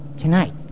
tonight